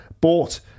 bought